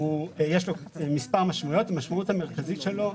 יש לו מספר משמעויות כאשר המשמעות המרכזית שלו,